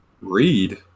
Read